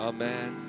Amen